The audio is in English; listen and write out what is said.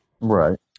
Right